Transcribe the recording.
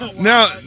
now